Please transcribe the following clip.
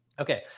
Okay